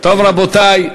טוב, רבותי,